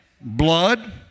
Blood